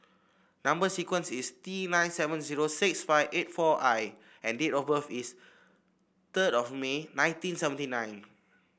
number sequence is T nine seven zero six five eight four I and date of birth is third of May nineteen seventy nine